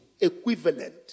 equivalent